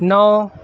نو